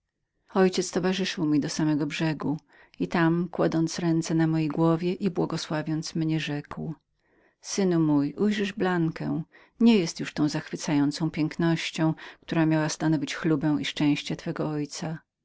ojciec towarzyszył mi do samego brzegu i tam kładąc ręce na mojej głowie i błogosławiąc mnie rzekł synu mój ujrzysz blankę już ona nie jest tą zachwycającą pięknością która miała stanowić sławę i szczęście twego ojca